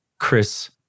Chris